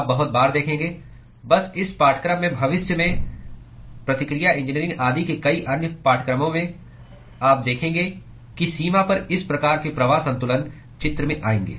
आप बहुत बार देखेंगे बस इस पाठ्यक्रम में भविष्य में प्रतिक्रिया इंजीनियरिंग आदि के कई अन्य पाठ्यक्रमों में आप देखेंगे कि सीमा पर इस प्रकार के प्रवाह संतुलन चित्र में आएंगे